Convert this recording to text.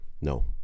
No